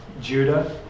Judah